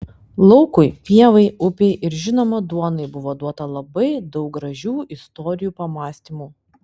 laukui pievai upei ir žinoma duonai buvo duota labai daug gražių istorijų pamąstymų